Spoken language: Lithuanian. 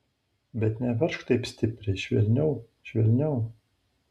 bet neveržk taip stipriai švelniau švelniau